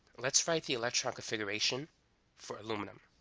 let's write the electron configuration for aluminum.